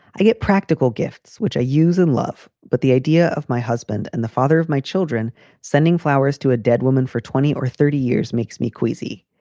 i get practical gifts, which i use and love. but the idea of my husband and the father of my children sending flowers to a dead woman for twenty or thirty years makes me queasy.